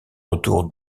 retour